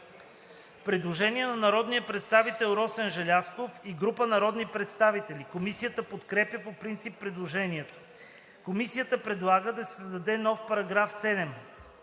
Предложение на народния представител Росен Желязков и група народни представители. Комисията подкрепя по принцип предложението. Комисията предлага да се създаде нов § 7: „§ 7.